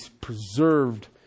preserved